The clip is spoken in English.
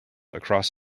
across